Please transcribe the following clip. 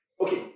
okay